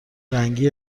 رنگی